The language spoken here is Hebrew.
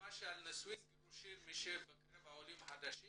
נגיד, נישואין וגירושין בקרב העולים החדשים